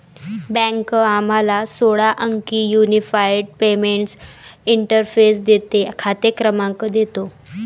bank आम्हाला सोळा अंकी युनिफाइड पेमेंट्स इंटरफेस देते, खाते क्रमांक देतो